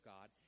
God